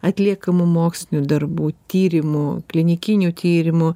atliekamų mokslinių darbų tyrimų klinikinių tyrimų